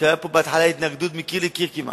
שהיתה פה בהתחלה התנגדות כמעט מקיר לקיר אליהם.